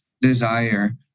desire